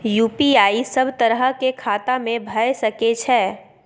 UPI सब तरह के खाता में भय सके छै?